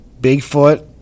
bigfoot